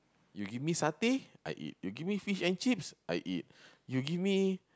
you give satay I eat you give me fish and chips I eat you give me